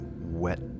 wet